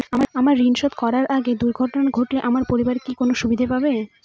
আমার ঋণ শোধ করার আগে আমার দুর্ঘটনা ঘটলে আমার পরিবার কি কোনো সুবিধে পাবে?